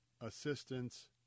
Assistance